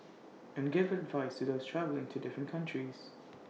and give advice to those travelling to different countries